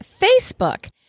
Facebook